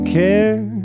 care